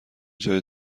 جای